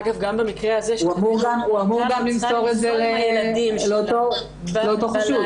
הוא אמור גם למסור את זה לאותו חשוד.